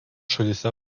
šalyse